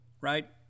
right